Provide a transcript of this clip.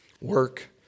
work